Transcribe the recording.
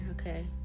okay